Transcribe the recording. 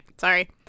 sorry